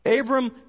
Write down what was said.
Abram